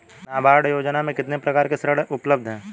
नाबार्ड योजना में कितने प्रकार के ऋण उपलब्ध हैं?